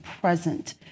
present